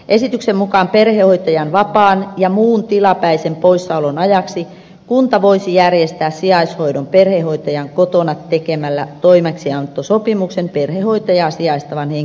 esityksen mukaan perhehoitajan vapaan ja muun tilapäisen poissaolon ajaksi kunta voisi järjestää sijaishoidon perhehoitajan kotona tekemällä toimeksiantosopimuksen perhehoitajaa sijaistavan henkilön kanssa